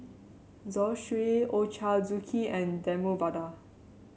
Zosui Ochazuke and Demu Vada